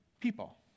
People